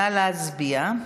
נא להצביע.